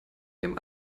ihrem